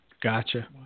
Gotcha